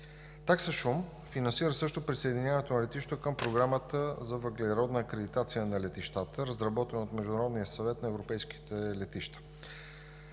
Такса шум финансира също присъединяването на летището към Програмата за въглеродна акредитация на летищата, разработена в Международния съвет на европейските летища,